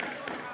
תודה רבה.